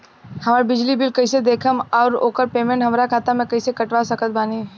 हमार बिजली बिल कईसे देखेमऔर आउर ओकर पेमेंट हमरा खाता से कईसे कटवा सकत बानी?